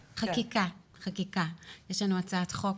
חקיקה, חקיקה, יש לנו הצעת חוק